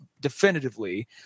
definitively